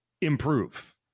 improve